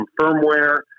firmware